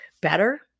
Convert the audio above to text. better